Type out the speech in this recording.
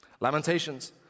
Lamentations